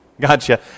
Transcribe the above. gotcha